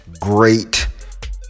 great